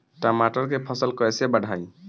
टमाटर के फ़सल कैसे बढ़ाई?